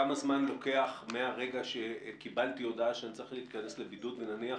כמה זמן לוקח מהרגע שקיבלתי הודעה שאני צריך להיכנס לבידוד ונניח